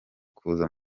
kuza